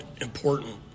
important